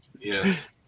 Yes